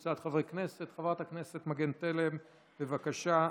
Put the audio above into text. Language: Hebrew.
חברת הכנסת מגן תלם, בבקשה.